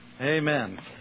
Amen